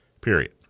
period